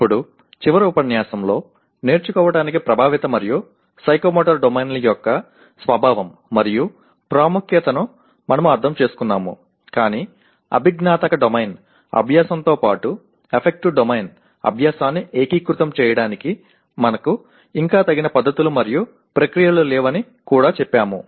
ఇప్పుడు చివరి ఉపన్యాసంలో నేర్చుకోవటానికి ప్రభావిత మరియు సైకోమోటర్ డొమైన్ల యొక్క స్వభావం మరియు ప్రాముఖ్యతను మనము అర్థం చేసుకున్నాము కానీ అభిజ్ఞాత్మక డొమైన్ అభ్యాసంతో పాటు ఎఫెక్టివ్ డొమైన్ అభ్యాసాన్ని ఏకీకృతం చేయడానికి మనకు ఇంకా తగిన పద్ధతులు మరియు ప్రక్రియలు లేవని కూడా చెప్పాము